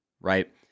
right